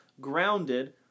grounded